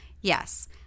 Yes